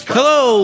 Hello